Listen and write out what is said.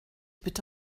bitte